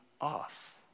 off